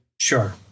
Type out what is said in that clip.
Sure